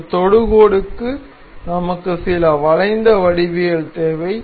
ஒரு தொடுகோடுக்கு நமக்கு சில வளைந்த வடிவியல் தேவை